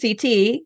CT